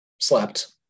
slept